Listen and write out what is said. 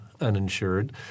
uninsured